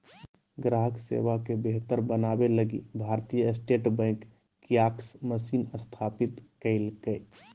ग्राहक सेवा के बेहतर बनाबे लगी भारतीय स्टेट बैंक कियाक्स मशीन स्थापित कइल्कैय